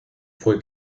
fue